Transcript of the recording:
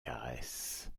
caresses